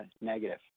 negative